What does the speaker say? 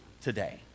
today